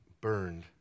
burned